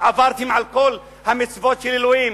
עברתם על כל המצוות של אלוהים.